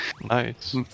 Nice